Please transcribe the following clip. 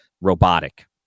robotic